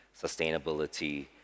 sustainability